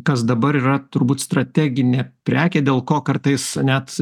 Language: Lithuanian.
kas dabar yra turbūt strateginė prekė dėl ko kartais net